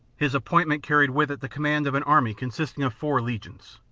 his appointment carried with it the command of an army consisting of four legions,